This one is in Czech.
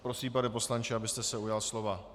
Prosím, pane poslanče, abyste se ujal slova.